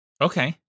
Okay